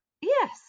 Yes